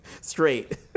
straight